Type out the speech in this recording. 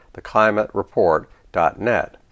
theclimatereport.net